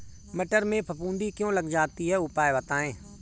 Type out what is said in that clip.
मटर में फफूंदी क्यो लग जाती है उपाय बताएं?